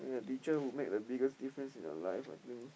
the teacher would make the biggest difference in your life ah this